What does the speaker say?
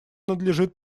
надлежит